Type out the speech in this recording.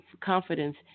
confidence